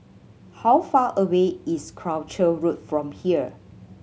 how far away is Croucher Road from here